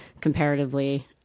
comparatively